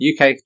UK